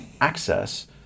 access